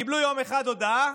וקיבלו יום אחד הודעה: